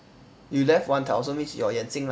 you left one tile oh so means your 眼睛 lah